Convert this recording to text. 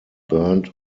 burnt